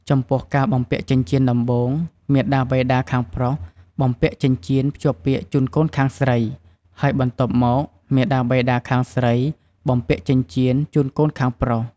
ចំពោះការបំពាក់ចិញ្ចៀនដំបូង មាតាបិតាខាងប្រុសបំពាក់ចិញ្ចៀនភ្ជាប់ពាក្យជូនកូនខាងស្រី ហើយបន្ទាប់មក មាតាបិតាខាងស្រីបំពាក់ចិញ្ចៀនជូនកូនខាងប្រុស។